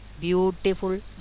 beautiful